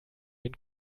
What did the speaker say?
den